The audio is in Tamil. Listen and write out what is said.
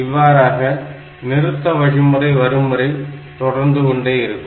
இவ்வாறாக நிறுத்த வழிமுறை வரும்வரை தொடர்ந்து கொண்டே இருக்கும்